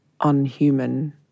unhuman